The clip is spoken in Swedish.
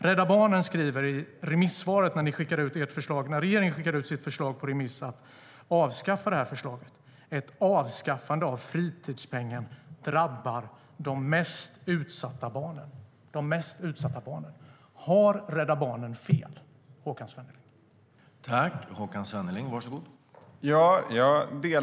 Rädda Barnen skriver i remissvaret till regeringens förslag att ett avskaffande av fritidspengen drabbar de mest utsatta barnen. Har Rädda Barnen fel, Håkan Svenneling?